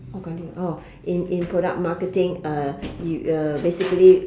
oh continue oh in in product marketing uh you uh basically